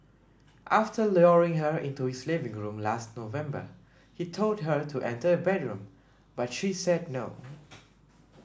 after luring her into his living room last November he told her to enter a bedroom but she said no